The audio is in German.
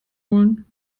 holen